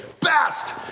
best